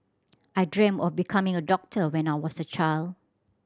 I dreamt of becoming a doctor when I was a child